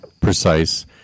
precise